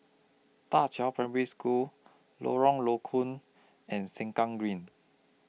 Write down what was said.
DA Qiao Primary School Lorong Low Koon and Sengkang Green